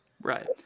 Right